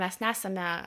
mes nesame